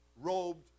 robed